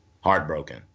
heartbroken